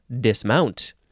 dismount